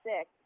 sick